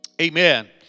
Amen